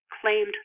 claimed